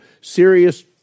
serious